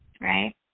Right